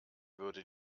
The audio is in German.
würde